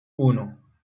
uno